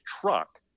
truck